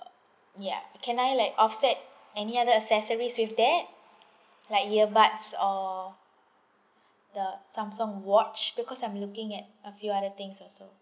ya can I like offset any other accessories with that like ear buds or the Samsung watch because I'm looking at a few other things also